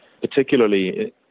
particularly